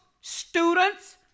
students